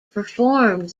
performed